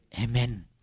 Amen